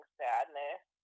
sadness